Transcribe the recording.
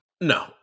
No